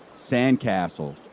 Sandcastles